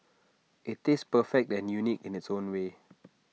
IT tastes perfect and unique in its own way